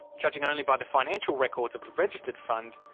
judging only by the financial records of the registered fund,